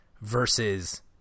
versus